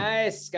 Nice